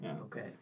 Okay